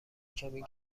کمی